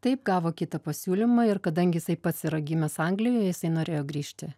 taip gavo kitą pasiūlymą ir kadangi jisai pats yra gimęs anglijoj jisai norėjo grįžti